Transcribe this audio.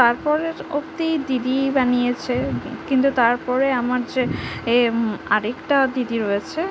তার পরের অবধি দিদিই বানিয়েছে কিন্তু তার পরে আমার যে এ আরেকটা দিদি রয়েছে